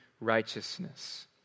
righteousness